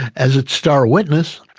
as its star witness,